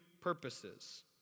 purposes